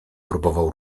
próbował